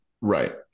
Right